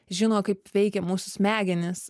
žino kaip veikia mūsų smegenys